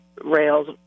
rails